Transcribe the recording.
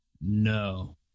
No